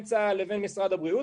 בין צה"ל לבין משרד הבריאות.